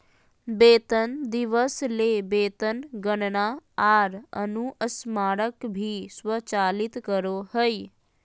वेतन दिवस ले वेतन गणना आर अनुस्मारक भी स्वचालित करो हइ